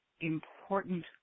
important